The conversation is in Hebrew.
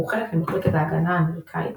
הוא חלק ממחלקת ההגנה האמריקאית